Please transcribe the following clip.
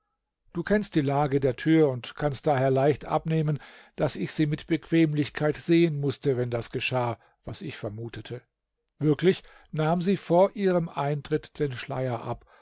du kennst die lage der tür und kannst daher leicht abnehmen daß ich sie mit bequemlichkeit sehen mußte wenn das geschah was ich vermutete wirklich nahm sie vor ihrem eintritt den schleier ab